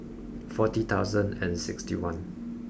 forty thousand and sixty one